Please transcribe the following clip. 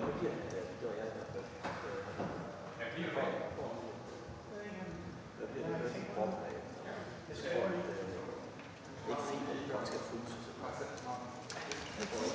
er rigtig